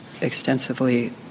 extensively